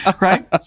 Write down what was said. Right